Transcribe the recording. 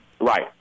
Right